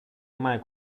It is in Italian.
mai